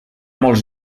molts